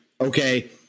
okay